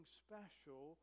special